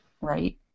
right